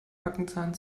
backenzahn